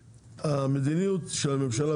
המדיניות של הממשלה,